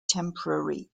temporary